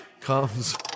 comes